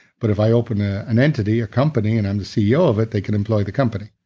but if i opened an entity, a company and i'm the ceo of it, they can employ the company.